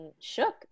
shook